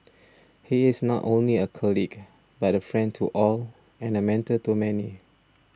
he is not only a colleague but a friend to all and a mentor to many